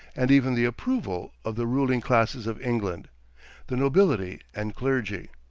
and even the approval, of the ruling classes of england the nobility and clergy.